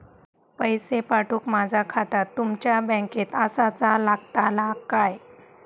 पैसे पाठुक माझा खाता तुमच्या बँकेत आसाचा लागताला काय?